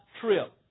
trip